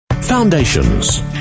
Foundations